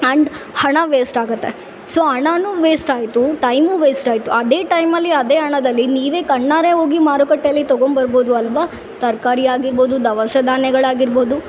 and ಹಣ waste ಆಗತ್ತೆ so ಹಣಾನು ವೇಸ್ಟ್ ಆಯಿತು ಟೈಮು ವೇಸ್ಟ್ ಆಯಿತು ಅದೇ ಟೈಮಲ್ಲಿ ಅದೇ ಹಣದಲ್ಲಿ ನೀವೇ ಕಣ್ಣಾರೆ ಹೋಗಿ ಮಾರುಕಟ್ಟೆಯಲ್ಲಿ ತಗೊಮ್ ಬರ್ಬೌದು ಅಲ್ಲವಾ ತರಕಾರಿ ಆಗಿರ್ಬೋದು ದವಸ ಧಾನ್ಯಗಳ್ ಆಗಿರ್ಬೋದು